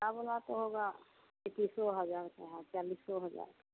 तो होगा पचीस हजार का चालीस हजार का